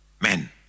men